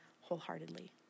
wholeheartedly